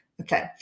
Okay